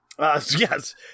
Yes